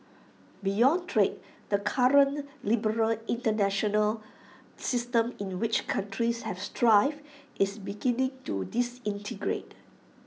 beyond trade the current liberal International system in which countries have thrived is beginning to disintegrate